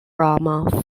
from